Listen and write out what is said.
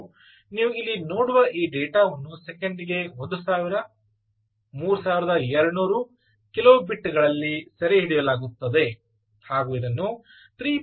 ಮತ್ತು ನೀವು ಇಲ್ಲಿ ನೋಡುವ ಈ ಡೇಟಾವನ್ನು ಸೆಕೆಂಡಿಗೆ 1000 3200 ಕಿಲೋಬಿಟ್ಗಳಲ್ಲಿ ಸೆರೆಹಿಡಿಯಲಾಗುತ್ತದೆ ಹಾಗೂ ಇದನ್ನು 3